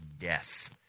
death